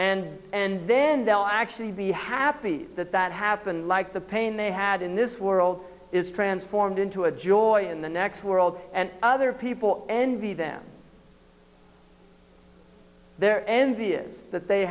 and and then they'll actually be happy that that has been like the pain they had in this world is transformed into a joy in the next world and other people envy them they're envious that they